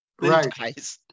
Right